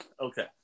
Okay